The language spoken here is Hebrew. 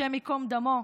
השם ייקום דמו,